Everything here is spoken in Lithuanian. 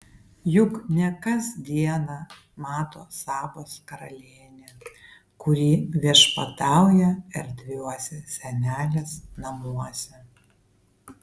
juk ne kas dieną mato sabos karalienę kuri viešpatauja erdviuose senelės namuose